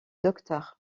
docteur